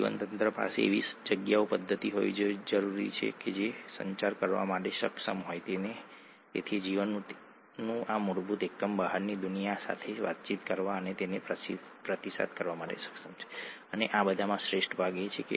pentose શર્કરા બે પ્રકારની હોય છે ડીએનએમાં જેને ડીઓક્સીરીબોઝ કહેવામાં આવે છે અને આરએનએમાં જેને રિબોઝ કહેવામાં આવે છે તે હોય છે ઠીક છે